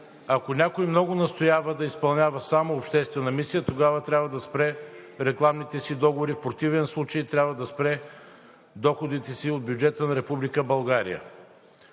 Ако някой много настоява да изпълнява само обществена мисия, тогава трябва да спре рекламните си договори, в противен случай трябва да спре доходите си от бюджета на